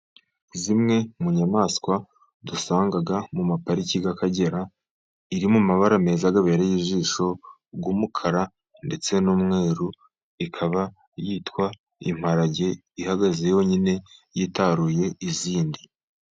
Zimwe mu nyamaswa dusanga mu mapariki y'akagera, iri mu mabara meza abereye ijisho y'umukara ndetse n'umweru. Ikaba yitwa imparage ihagaze yonyine yitaruye izindi.